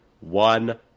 one